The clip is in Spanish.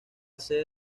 sede